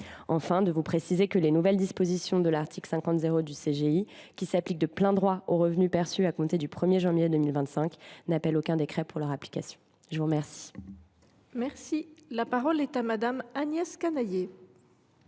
Enfin, je vous précise que les nouvelles dispositions de l’article 50 du CGI, qui s’appliquent de plein droit aux revenus perçus à compter du 1 janvier 2025, n’appellent aucun décret pour leur application. La parole est à Mme Agnès Canayer,